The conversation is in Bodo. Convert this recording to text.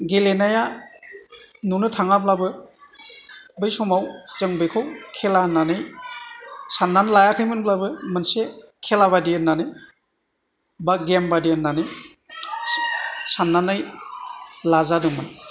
गेलेनाया नुनो थाङाब्लाबो बै समाव जों बेखौ खेला होन्नानै साननानै लायाखैमोनब्लाबो मोनसे खेलाबादि होन्नानै बा गेमबादि होन्नानै सान्नानै लाजादोंमोन